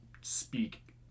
speak